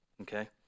okay